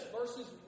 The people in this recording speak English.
Verses